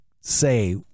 say